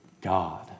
God